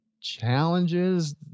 challenges